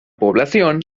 población